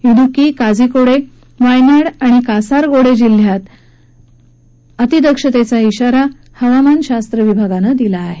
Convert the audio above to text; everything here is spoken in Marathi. द्वेक्की काझीकोडे वायनाड आणि कासारकीडे जिल्ह्यांमधे अतिदक्षतेचा ब्राारा हवामान शास्त्र विभागानं दिला आहे